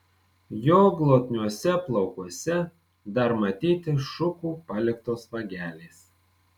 jo glotniuose plaukuose dar matyti šukų paliktos vagelės